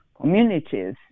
communities